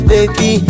Baby